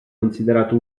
considerato